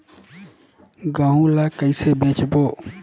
गहूं ला कइसे बेचबो?